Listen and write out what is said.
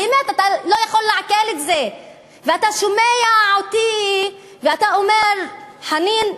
באמת אתה לא יכול לעכל את זה ואתה שומע אותי ואתה אומר: חנין,